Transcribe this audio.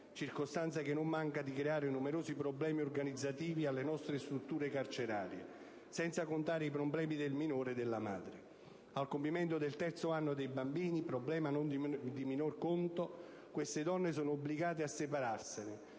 circostanza che non manca di creare numerosi problemi organizzativi alle nostre strutture carcerarie, senza contare i problemi del minore e della madre. Al compimento del terzo anno dei bambini - problema non di minore conto - queste donne sono obbligate a separarsene,